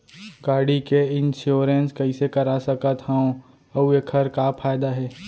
गाड़ी के इन्श्योरेन्स कइसे करा सकत हवं अऊ एखर का फायदा हे?